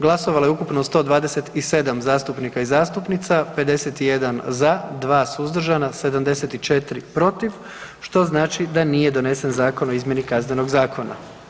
Glasovalo je ukupno 127 zastupnika i zastupnica, 51 za, 2 suzdržana i 74 protiv, što znači da nije donesen Zakon o izmjeni Kaznenog zakona.